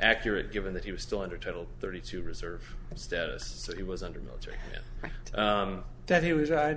accurate given that he was still under title thirty two reserve status that he was under military that he was right